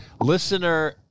Listener